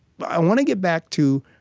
but i want to get back to,